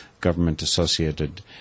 government-associated